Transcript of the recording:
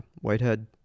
Whitehead